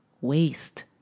waste